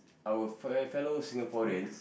our fe~ fellow Singaporeans